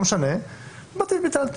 באתי, ביטלתי.